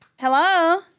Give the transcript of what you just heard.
Hello